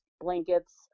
blankets